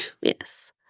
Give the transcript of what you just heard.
Yes